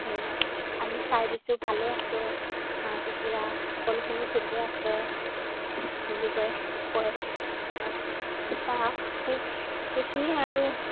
আমি চাই দিছোঁ ভালেই আছে হাঁহ কুকুৰা সকলোখিনি ঠিকে আছে বুলি কয় কয় তাৰ সেই সেইখিনিয়ে আৰু